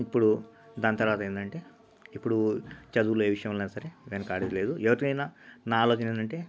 ఇప్పుడు దాని తర్వాత ఏందంటే ఇప్పుడు చదువుల విషయంలో అయినా సరే వెనుకాడేది లేదు ఎవరినయినా నా ఆలోచనాలేంటంటే